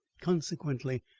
consequently,